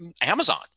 Amazon